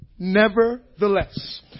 Nevertheless